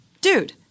Dude